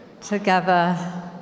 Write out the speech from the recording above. Together